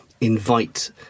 invite